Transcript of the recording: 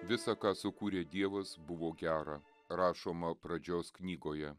visa ką sukūrė dievas buvo gera rašoma pradžios knygoje